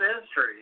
history